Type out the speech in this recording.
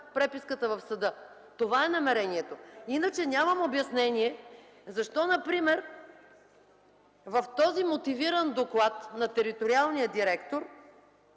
в съда. Това е намерението. Иначе нямам обяснение защо в този мотивиран доклад на териториалния директор